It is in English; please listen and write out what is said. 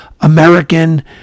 American